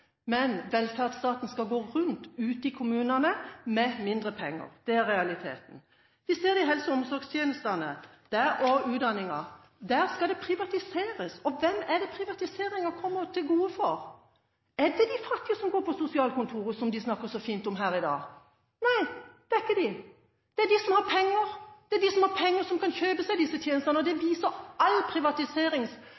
Men velferdsstaten skal gå rundt i kommunene, med mindre penger. Det er realiteten. Vi ser det i helse- og omsorgstjenestene og utdanningen. Der skal det privatiseres, og hvem er det privatiseringen kommer til gode? Er det de fattige som går på sosialkontoret, som de snakker så fint om her i dag? Nei, det er ikke dem. Det er dem som har penger og som kan kjøpe seg disse tjenestene. Og det